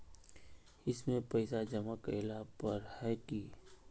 इसमें पैसा जमा करेला पर है की?